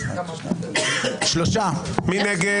מי נגד?